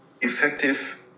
effective